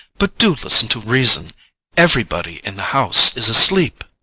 but do listen to reason everybody in the house is asleep.